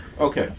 Okay